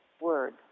word